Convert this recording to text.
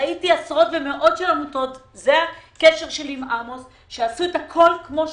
ראיתי מאות עמותות - זה הקשר שלי עם עמוס שעשו הכול כמו שצריך.